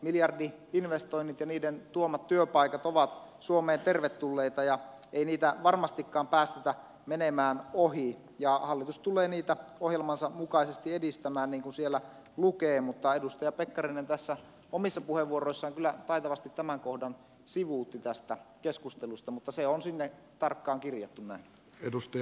miljardi investoinnit ja niiden tuomat työpaikat ovat suomeen tervetulleita ja ei niitä varmastikaan päästetä menemään ohi ja hallitus tulee niitä ohjelmansa mukaisesti edistämään niin kuin siellä lukee mutta edustaja pekkarinen omissa puheenvuoroissaan kyllä taitavasti tämän kohdan sivuutti tästä keskustelusta mutta se on sinne tarkkaan kirjattu näin